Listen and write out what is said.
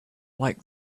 like